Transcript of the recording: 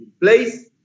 place